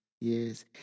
Yes